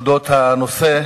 על-אודות הנושא.